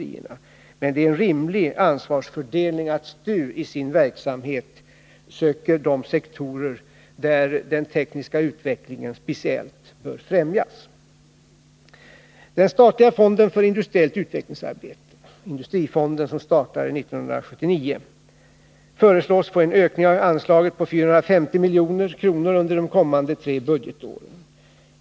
Det är dock en rimlig ansvarsfördelning att STU i sin verksamhet söker ange de sektorer där den tekniska utvecklingen speciellt bör främjas. Den statliga fonden för industriellt utvecklingsarbete — industrifonden, som startades 1979 — föreslås få en ökning av anslaget med 450 milj.kr. under de kommande tre budgetåren.